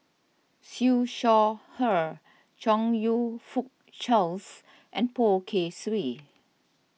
Siew Shaw Her Chong You Fook Charles and Poh Kay Swee